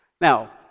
Now